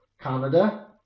Canada